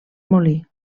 molí